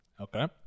okay